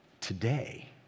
today